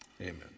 amen